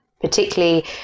particularly